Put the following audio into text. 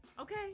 Okay